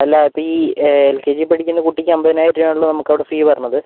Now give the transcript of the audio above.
അല്ല ഇപ്പോൾ ഈ എൽ കെ ജി പഠിക്കുന്ന കുട്ടിക്ക് അൻപതിനായിരം രൂപയാണല്ലോ നമുക്കവിടെ ഫീ വരുന്നത്